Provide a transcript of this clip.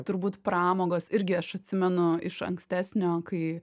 turbūt pramogos irgi aš atsimenu iš ankstesnio kai